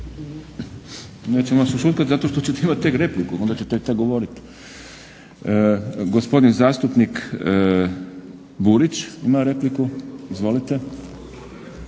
Nećemo vas ušutkati zato što ćete imati tek repliku onda ćete tek govoriti. Gospodin zastupnik Burić ima repliku. Izvolite.